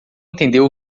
entendeu